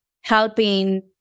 helping